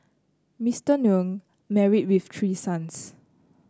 Mister Nguyen married with three sons